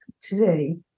today